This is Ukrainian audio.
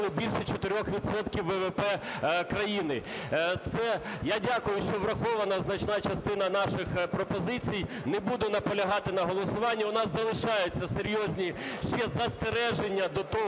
відсотків ВВП країни, це... Я дякую, що врахована значна частина наших пропозицій, не буду наполягати на голосуванні. У нас залишаються серйозні ще застереження до того,